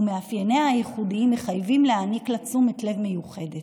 ומאפייניה הייחודיים מחייבים להעניק לה תשומת לב מיוחדת.